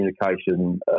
communication